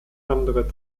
andere